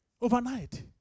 Overnight